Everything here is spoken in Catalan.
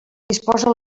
disposa